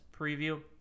preview